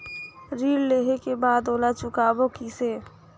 ऋण लेहें के बाद ओला चुकाबो किसे?